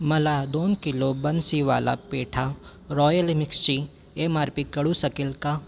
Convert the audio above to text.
मला दोन किलो बन्सीवाला पेठा रॉयल मिक्सची एम आर पी कळू शकेल का